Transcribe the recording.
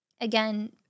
again